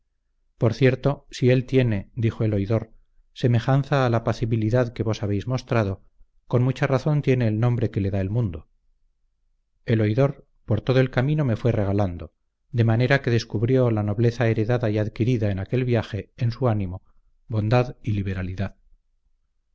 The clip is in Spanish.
por cierto si él tiene dijo el oidor semejanza a la apacibilidad que vos habéis mostrado con mucha razón tiene el nombre que le da el mundo el oidor por todo el camino me fue regalando de manera que descubrió la nobleza heredada y adquirida en aquel viaje en su ánimo bondad y liberalidad